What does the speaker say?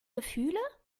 gefühle